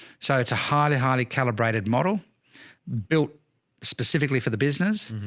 so it's a highly, highly calibrated model built specifically for the business.